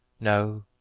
No